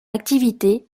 activité